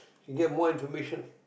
you get more information